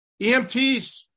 EMTs